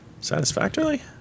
satisfactorily